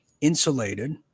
insulated